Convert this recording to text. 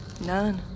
None